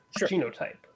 genotype